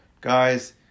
guys